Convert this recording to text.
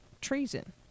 treason